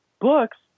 books